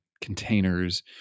containers